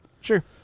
sure